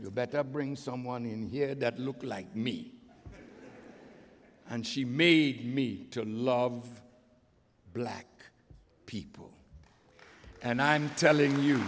you better bring someone in here that look like me and she made me to love black people and i'm telling you